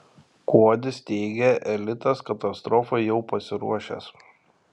kuodis teigia elitas katastrofai jau pasiruošęs